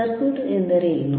circuit ಎಂದರೇನು